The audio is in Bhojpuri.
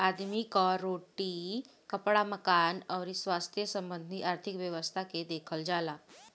आदमी कअ रोटी, कपड़ा, मकान अउरी स्वास्थ्य संबंधी आर्थिक व्यवस्था के देखल जाला